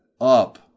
Up